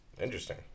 interesting